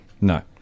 No